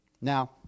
Now